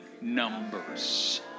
numbers